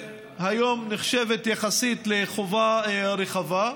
והיום נחשבת לחובה רחבה יחסית.